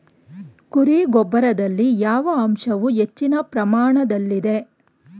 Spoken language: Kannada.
ಕುರಿ ಗೊಬ್ಬರದಲ್ಲಿ ಯಾವ ಅಂಶವು ಹೆಚ್ಚಿನ ಪ್ರಮಾಣದಲ್ಲಿದೆ?